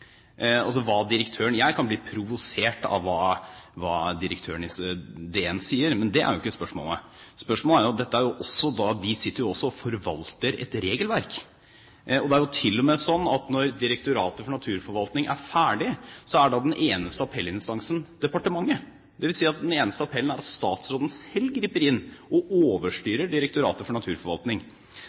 Jeg kan bli provosert av hva direktøren i DN sier, men det er ikke spørsmålet. De sitter jo og forvalter et regelverk. Og det er til og med slik at når Direktoratet for naturforvaltning er ferdig, er den eneste appellinstansen departementet, dvs. at statsråden selv griper inn og overstyrer Direktoratet for naturforvaltning.